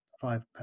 five